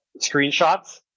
screenshots